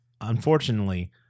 unfortunately